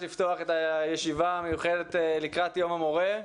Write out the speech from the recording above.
אני נרגש לפתוח את הישיבה המיוחדת לקראת יום המורה,